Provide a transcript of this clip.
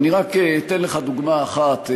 אני רק אתן לך דוגמה אחת.